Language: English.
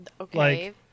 Okay